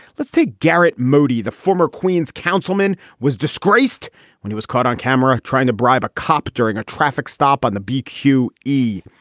let's take garret moody. the former queens councilman was disgraced when he was caught on camera trying to bribe a cop during a traffic stop on the beach. hugh e.